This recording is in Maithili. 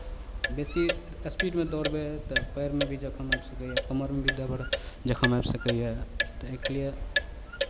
बेसी स्पीडमे दौड़बै तऽ पएरमे भी जखम आबि सकैए कमरमे भी दर्द जखम आबि सकैए तऽ एहिके लिए